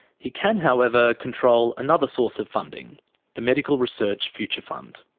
he can, however, control another source of funding the medical research future fund.